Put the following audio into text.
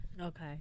Okay